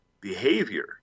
behavior